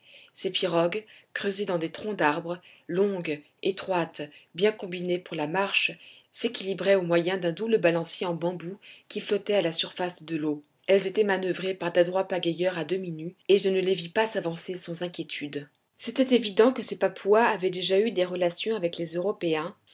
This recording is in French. ces pirogues creusées dans des troncs d'arbre longues étroites bien combinées pour la marche s'équilibraient au moyen d'un double balancier en bambous qui flottait à la surface de l'eau elles étaient manoeuvrées par d'adroits pagayeurs à demi nus et je ne les vis pas s'avancer sans inquiétude c'était évident que ces papouas avaient eu déjà des relations avec les européens